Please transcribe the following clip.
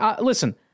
Listen